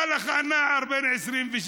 ובא לך נער בן 23,